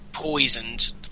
poisoned